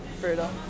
brutal